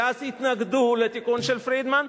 שאז התנגדו לתיקון של פרידמן,